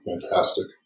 fantastic